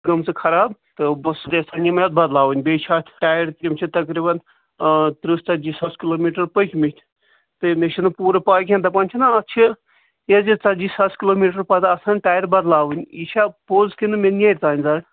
گٲمژٕ خراب تہٕ بہٕ چھُس یژھان یِم اَتھ بَدلاوٕنۍ بیٚیہِ چھِ اَتھ ٹایِر تِم چھِ تقریٖباً آ ترٕٛہ ژَتجی ساس کِلوٗ میٖٹر پٔکۍمٕتۍ تہٕ مےٚ چھِنہٕ پوٗرٕ پےَ کیٚنٛہہ دَپان چھِنا اَتھ چھِ یہِ حظ یہِ ژَتجی ساس کِلوٗ میٖٹر پَتہٕ آسان ٹایِر بَدلاوٕنۍ یہِ چھا پوٚز کِنہٕ مےٚ نیٚرِ تانۍ زَڈ